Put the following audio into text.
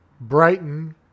Brighton